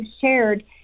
shared